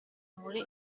muri